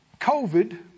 COVID